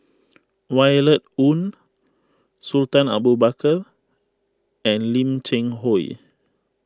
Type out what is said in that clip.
Violet Oon Sultan Abu Bakar and Lim Cheng Hoe